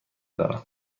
دارم